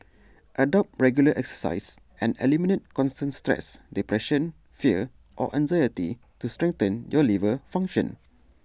adopt regular exercise and eliminate constant stress depression fear or anxiety to strengthen your liver function